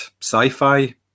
sci-fi